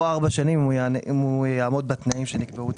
ארבע שנים אם הוא יעמוד בתנאים שנקבעו.